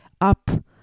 up